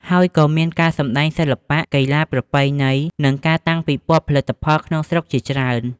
ហើយក៏មានការសម្តែងសិល្បៈ កីឡាប្រពៃណី និងការតាំងពិព័រណ៍ផលិតផលក្នុងស្រុកជាច្រើន។